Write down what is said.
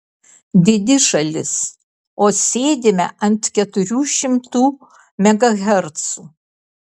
didi šalis o sėdime ant keturių šimtų megahercų